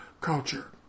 Culture